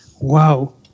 Wow